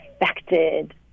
affected